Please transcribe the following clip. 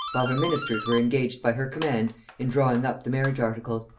while her ministers were engaged by her command in drawing up the marriage articles.